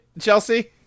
Chelsea